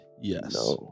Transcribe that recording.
yes